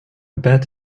bat